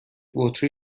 بطری